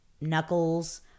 knuckles